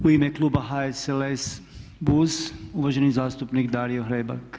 U ime kluba HSLS-BUZ uvaženi zastupnik Dario Hrebak.